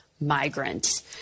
migrants